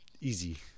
easy